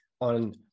on